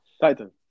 Titan